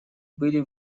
были